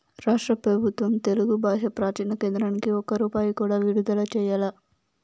రాష్ట్ర పెబుత్వం తెలుగు బాషా ప్రాచీన కేంద్రానికి ఒక్క రూపాయి కూడా విడుదల చెయ్యలా